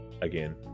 again